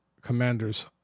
commander's